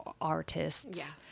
artists